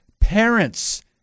parents